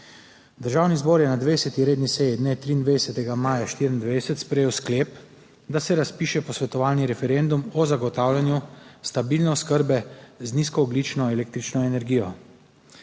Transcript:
Državni zbor je na 20. redni seji dne 23. maja 2024 sprejel sklep, da se razpiše posvetovalni referendum o zagotavljanju stabilne oskrbe z nizkoogljično električno energijo.